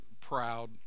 proud